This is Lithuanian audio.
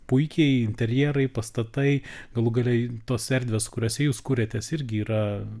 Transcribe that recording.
puikiai interjerai pastatai galų gale tos erdvės kuriose jūs kuriatės irgi yra